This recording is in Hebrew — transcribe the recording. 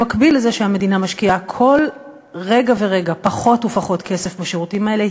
במקביל לזה שהמדינה משקיעה כל רגע ורגע פחות ופחות כסף בשירותים האלה,